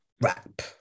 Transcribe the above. wrap